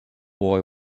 boy